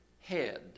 head